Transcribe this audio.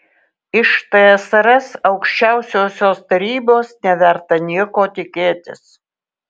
iš tsrs aukščiausiosios tarybos neverta nieko tikėtis